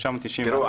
תראו,